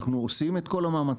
אנחנו עושים את כל המאמצים.